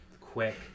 quick